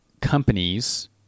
companies